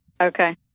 Okay